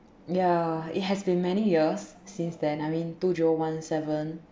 ya it has been many years since then I mean two zero one seven